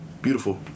Beautiful